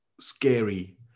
scary